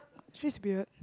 she's weird